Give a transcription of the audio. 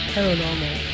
Paranormal